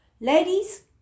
Ladies